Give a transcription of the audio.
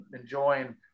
enjoying